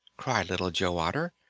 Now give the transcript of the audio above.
cried little joe otter.